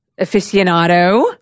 aficionado